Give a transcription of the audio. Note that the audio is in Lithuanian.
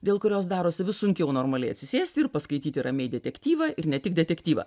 dėl kurios darosi vis sunkiau normaliai atsisėsti ir paskaityti ramiai detektyvą ir ne tik detektyvą